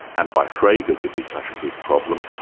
and by frege to be such a big problem,